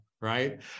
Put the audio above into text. right